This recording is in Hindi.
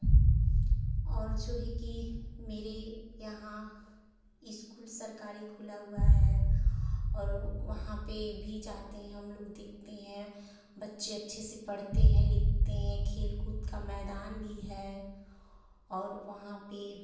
और जो है की मेरे यहाँ इस्कूल सरकारी खुला हुआ है और वहाँ पर भी जाते हैं हम लोग देखते हैं बच्चे अच्छे से पढ़ते हैं लिखते हैं खेल कूद का मैदान भी है और वहाँ पर